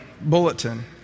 bulletin